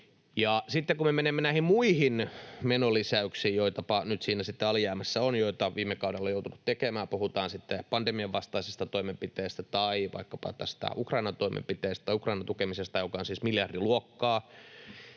kun menemme näihin muihin menonlisäyksiin, joita siinä alijäämässä on, joita viime kaudella on jouduttu tekemään, puhutaanpa sitten pandemian vastaisista toimenpiteistä tai vaikkapa Ukrainan tukemisesta, joka on siis miljardiluokkaa,